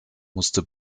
musste